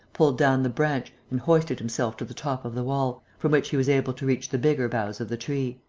pulled down the branch and hoisted himself to the top of the wall, from which he was able to reach the bigger boughs of the tree.